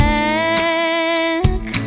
back